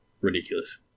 ridiculous